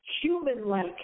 human-like